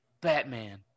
Batman